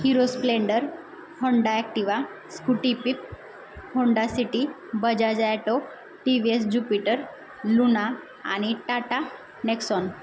hero Splendor Honda Activa Scooty Pep Honda City Bajaj auto T V S Jupiter Luna आणि Tata Nexon